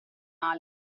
male